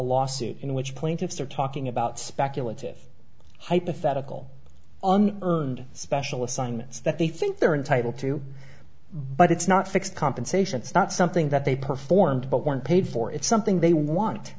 lawsuit in which plaintiffs are talking about speculative hypothetical on earned special assignments that they think they're entitled to but it's not fixed compensation it's not something that they performed but weren't paid for it's something they want